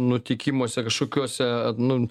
nutikimuose kažkokiose nu